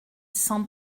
cent